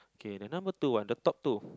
okay the number two one the top two